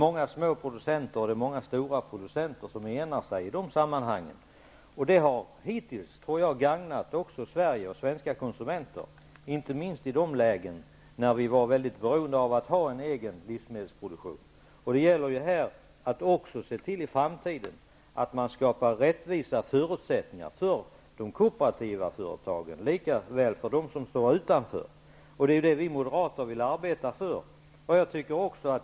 Många små producenter och många stora producenter enar sig i dessa sammanhang. Detta har hittills, tror jag, också gagnat Sverige och svenska konsumenter, inte minst i de lägen när vi var väldigt beroende av att ha en egen livsmedelsproduktion. Det gäller att se till att vi också i framtiden skapar rättvisa förutsättningar för de kooperativa företagen, lika väl som för dem som står utanför. Det är detta vi moderater vill arbeta för.